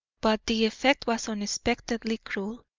but the effect was unexpectedly cruel.